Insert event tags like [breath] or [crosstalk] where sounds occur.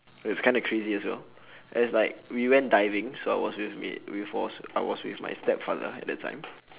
[noise] it was kind of crazy as well [breath] as like we went diving so I was with with was I was with my stepfather at that time